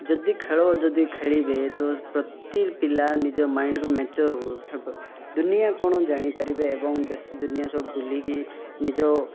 ଯଦି ଖେଳ ଯଦି ଖେଳିବେ ତ ପ୍ରତି ପିଲା ନିଜ ମାଇଣ୍ଡ୍କୁ ମ୍ୟାଚୋର୍ ହେବ ଦୁନିଆ କ'ଣ ଜାଣିପାରିବେ ଏବଂ ଦେଶ ଦୁନିଆ ସବୁ ବୁଲିକି ନିଜ